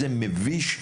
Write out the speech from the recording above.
זה מביש,